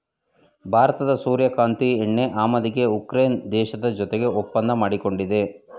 ಭಾರತದ ಸೂರ್ಯಕಾಂತಿ ಎಣ್ಣೆ ಆಮದಿಗೆ ಉಕ್ರೇನ್ ದೇಶದ ಜೊತೆಗೆ ಒಪ್ಪಂದ ಮಾಡ್ಕೊಂಡಿದೆ